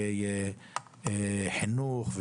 שחינוך,